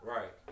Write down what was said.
Right